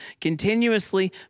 continuously